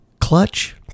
clutch